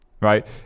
right